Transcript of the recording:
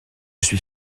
suis